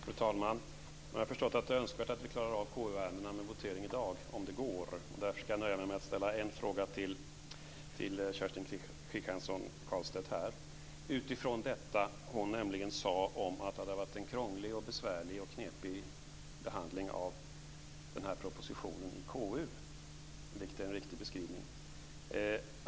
Fru talman! Jag har förstått att det är önskvärt att vi klarar voteringen i KU-ärendena i dag om det går. Därför ska jag nöja mig med att ställa en enda fråga till Kerstin Kristiansson Karlstedt, nämligen utifrån det som hon sade om att det hade varit en krånglig och besvärlig behandling av den här propositionen i KU, vilket är en riktig beskrivning.